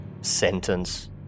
sentence